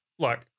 Look